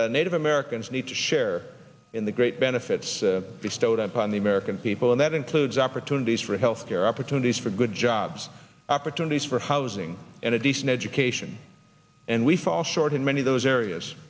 but native americans need to share in the great benefits we stowed up on the american people and that includes opportunities for health care opportunities for good jobs opportunities for housing and a decent education and we fall short in many of those areas